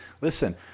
listen